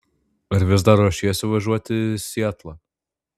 ar vis dar ruošiesi važiuoti į sietlą